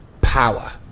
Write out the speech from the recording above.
power